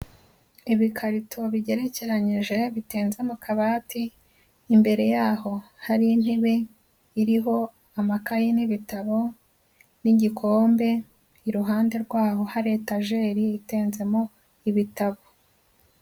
Ibikarito bigerekeranyije bitinze mu kabati, imbere yaho hari intebe iriho amakayi n'ibitabo n'igikombe, iruhande rwaho hari etajeri itenzemo ibitabo.